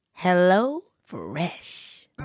HelloFresh